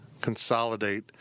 consolidate